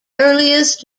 earliest